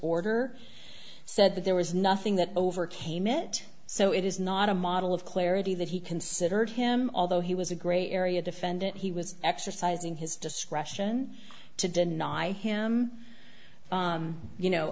order said that there was nothing that overcame it so it is not a model of clarity that he considered him although he was a great area defendant he was exercising his discretion to deny him you know